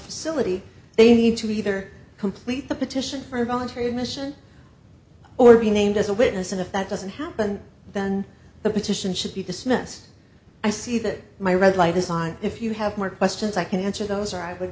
facility they need to either complete the petition for voluntary admission or be named as a witness and if that doesn't happen then the petition should be dismissed i see that my red light aside if you have more questions i can answer those or i